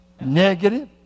Negative